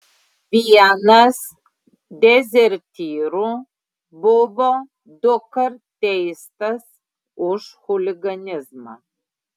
vienas dezertyrų buvo dukart teistas už chuliganizmą